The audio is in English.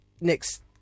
next